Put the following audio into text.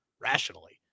rationally